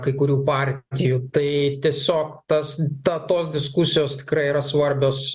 kai kurių partijų tai tiesiog tas ta tos diskusijos tikrai yra svarbios